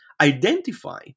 identify